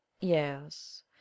Yes